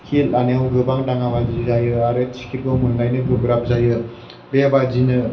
ticket लानायाव गोबां दाङाबाजि जायो आरो टिकेटखौ मोनलायनो गोब्राब जायो बेबादिनो